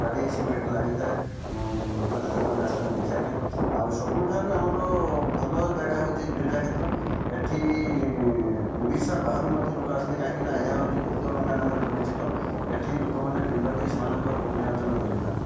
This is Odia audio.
ଗାଡ଼ି ସବୁ ଏଠି ଲାଗିଥାଏ ପର୍ଯ୍ୟଟକମାନେ ଆସିଥାନ୍ତି ଦେଖିବା ପାଇଁ ଆଉ ସବୁଠାରୁ ଆମର ଭଲ ଜାଗା ହେଉଛି ବିରଜା କ୍ଷେତ୍ର ଏଠି ଓଡ଼ିଶା ବାହାରୁ ମଧ୍ୟ ଲୋକ ଆସନ୍ତି କାହିଁକିନା ଏହା ହେଉଛି ଗୁପ୍ତଗଙ୍ଗା ନାମରେ ପରିଚିତ ଏଠି ଲୋକମାନେ ପିଣ୍ଡ ଦେଇ ସେମାନଙ୍କର ପୁଣ୍ୟ ଅର୍ଜନ କରିଥାନ୍ତି